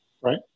Right